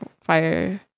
fire